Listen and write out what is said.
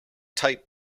tight